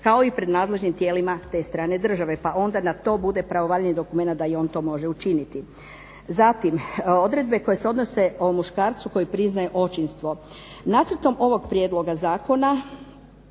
kao i pred nadležnim tijelima te strane države pa onda na to bude pravovaljani dokument da i on to može učiniti. Zatim, odredbe koje se odnose o muškarcu koji priznaje očinstvo. Nacrtom ovog prijedloga zakona